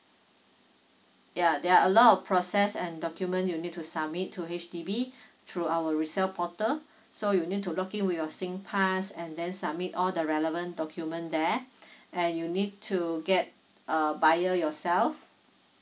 ya there are a lot of process and document you need to submit to H_D_B through our resell portal so you need to log in with your sing pass and then submit all the relevant document there and you need to get a buyer yourself